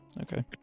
Okay